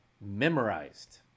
memorized